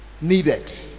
Needed